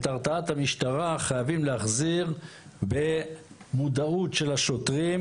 את הרתעת המשטרה חייבים להחזיר במודעות של השוטרים,